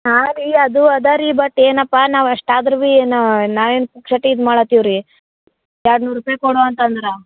ಹಾಂ ರೀ ಅದು ಅದ ರೀ ಬಟ್ ಏನಪ್ಪ ನಾವು ಅಷ್ಟು ಆದರೂ ಭಿ ಏನು ನಾ ಏನು ಪುಕ್ಸಟ್ಟೆ ಇದು ಮಾಡಹತ್ತಿವಿ ರೀ ಎರಡು ನೂರು ರೂಪಾಯಿ ಕೊಡು ಅಂತಂದ್ರೆ